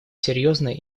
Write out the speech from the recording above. серьезная